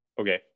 Okay